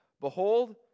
Behold